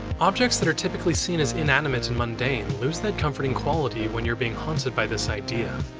objects that are typically seen as inanimate and mundane lose that comforting quality when you're being haunted by this idea.